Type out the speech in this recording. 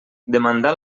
demandar